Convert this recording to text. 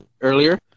earlier